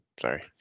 Sorry